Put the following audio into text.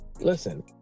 listen